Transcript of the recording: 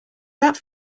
that